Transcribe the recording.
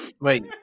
Wait